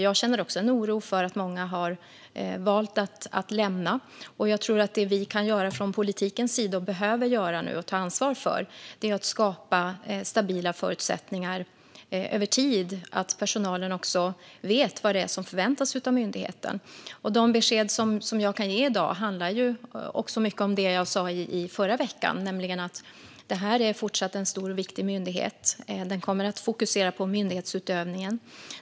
Jag känner också en oro för att många har valt att lämna myndigheten. Jag tror att det vi kan och behöver göra från politikens sida - och det vi behöver ta ansvar för - är att skapa stabila förutsättningar över tid så att personalen vet vad det är som förväntas av myndigheten. De besked som jag kan ge i dag handlar till stor del om det jag sa i förra veckan, nämligen att detta även fortsättningsvis är en stor och viktig myndighet. Den kommer att fokusera på myndighetsutövningen.